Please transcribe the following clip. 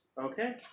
Okay